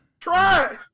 Try